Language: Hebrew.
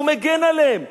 הוא מגן עליהם ואומר: